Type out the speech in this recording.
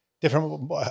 Different